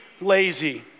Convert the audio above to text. lazy